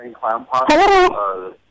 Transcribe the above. Hello